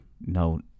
no